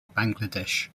bangladesh